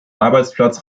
arbeitsplatz